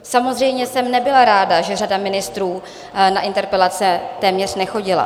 Samozřejmě jsem nebyla ráda, že řada ministrů na interpelace téměř nechodila.